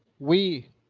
we,